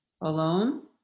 alone